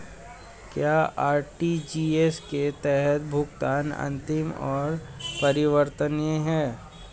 क्या आर.टी.जी.एस के तहत भुगतान अंतिम और अपरिवर्तनीय है?